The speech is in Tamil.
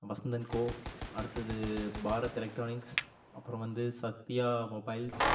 வசந்த் அன் கோ அடுத்தது பாரத் எலட்ரானிக்ஸ் அப்புறம் வந்து சத்யா மொபைல்ஸ்